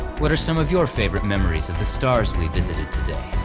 what are some of your favorite memories of the stars we visited today?